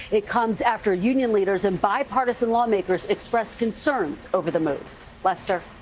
it comes after union leaders and bipartisan lawmakers expressed concerns over the move. lester?